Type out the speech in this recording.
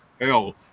hell